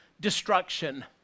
destruction